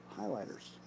highlighters